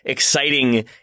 Exciting